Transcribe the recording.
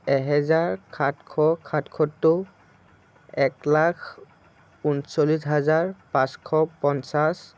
এহেজাৰ সাতশ সাতসত্তৰ এক লাখ ঊনচল্লিছ হাজাৰ পাঁচশ পঞ্চাশ